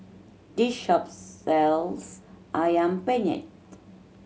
this shop sells Ayam Penyet